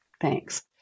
Thanks